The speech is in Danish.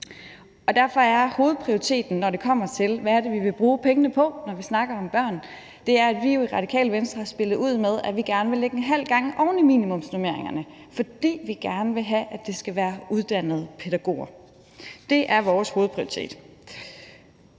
Derfor er hovedprioriteten, når det kommer til, hvad det er, vi vil bruge pengene på, når vi snakker om børn, det, vi i Radikale Venstre har spillet ud med, nemlig at vi gerne vil lægge en halv gang oveni minimumsnormeringerne, fordi vi gerne vil have, at det skal være uddannede pædagoger. Det er vores hovedprioritet.